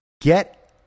Get